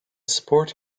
sport